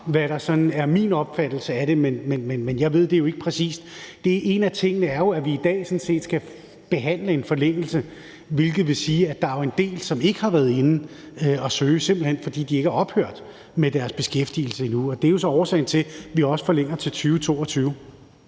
hvad der sådan er min opfattelse af det, men jeg ved det jo ikke præcist. En af tingene er jo, at vi i dag sådan set skal behandle en forlængelse, hvilket vil sige, at der jo er en del, som ikke har været inde at søge, simpelt hen fordi de ikke er ophørt med deres beskæftigelse endnu, og det er jo så årsagen til, at vi også forlænger til 2022.